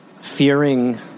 fearing